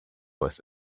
was